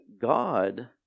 God